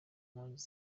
mpunzi